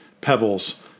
pebbles